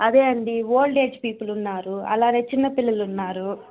అదే అండీ old age people ఉన్నారు అలానే చిన్న పిల్లలున్నారు